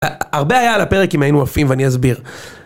הרבה היה על פרק אם היינו עפים, ואני אסביר.